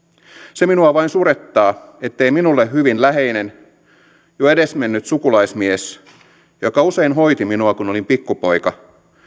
se minua vain surettaa ettei minulle hyvin läheinen jo edesmennyt sukulaismies joka usein hoiti minua kun olin pikkupoika